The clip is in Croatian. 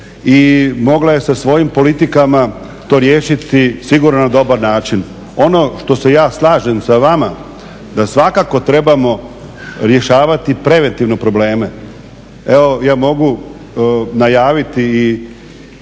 i mogla je sa svojim politikama to riješiti sigurno na dobar način. Ono što se ja slažem sa vama da svakako trebamo rješavati preventivno probleme. Evo ja mogu najaviti i